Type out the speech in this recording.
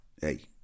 Hey